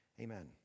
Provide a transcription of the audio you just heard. Amen